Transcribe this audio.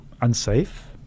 unsafe